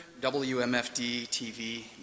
WMFD-TV